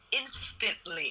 instantly